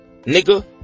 Nigga